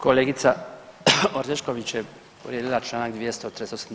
Kolegica Orešković je povrijedila članak 238.